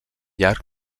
llarg